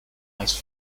ice